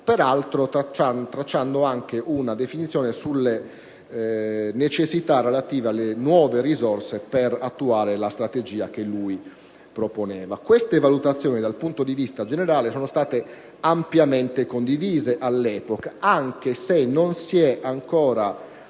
approccio, tracciando peraltro una definizione delle necessità relative alle nuove risorse per attuare la strategia da lui proposta. Queste valutazioni, da un punto di vista generale, sono state ampiamente condivise all'epoca, anche se non ci si è ancora